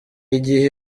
igihe